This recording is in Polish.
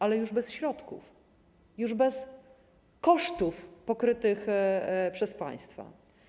Ale już bez środków, już bez kosztów pokrytych przez państwo.